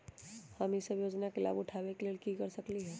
हम सब ई योजना के लाभ उठावे के लेल की कर सकलि ह?